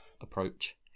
approach